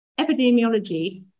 epidemiology